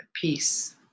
Peace